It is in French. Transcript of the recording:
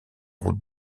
routes